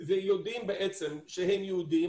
ויודעים בעצם שהם יהודים,